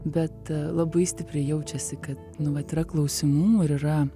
bet labai stipriai jaučiasi kad nu vat yra klausimų ir yra